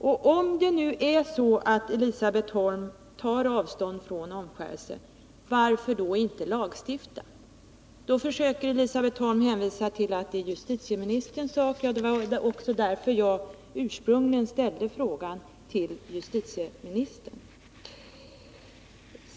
Och om det nu är så att Elisabet Holm tar avstånd från omskärelse, varför inte lagstifta? Då försöker Elisabet Holm hänvisa till att det är justitieministerns sak. Ja, det var också därför jag ursprungligen ställde frågan till justitieministern.